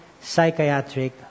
psychiatric